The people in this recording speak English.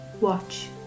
watch